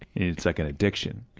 it's like an addiction,